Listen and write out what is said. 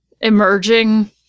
emerging